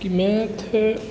कि मैथ